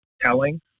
telling